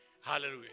Hallelujah